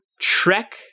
trek